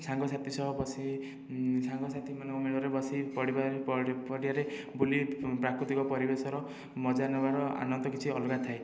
ସାଙ୍ଗସାଥି ସହ ବସି ସାଙ୍ଗସାଥିମାନଙ୍କ ମେଳରେ ବସି ପଡ଼ିବା ପଡ଼ିଆରେ ବୁଲି ପ୍ରାକୃତିକ ପରିବେଶର ମଜା ନେବାର ଆନନ୍ଦ କିଛି ଅଲଗା ଥାଏ